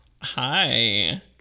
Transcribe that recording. Hi